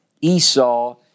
Esau